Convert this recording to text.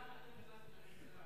בגללם אתם נכנסתם לממשלה.